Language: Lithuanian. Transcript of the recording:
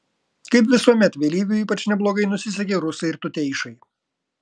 kaip visuomet vėlyviui ypač neblogai nusisekė rusai ir tuteišai